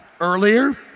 earlier